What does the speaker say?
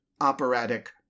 operatic